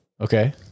Okay